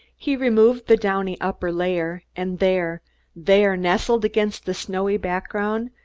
he removed the downy upper layer, and there there, nestling against the snowy background,